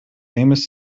famous